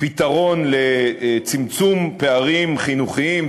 פתרון לצמצום פערים חינוכיים,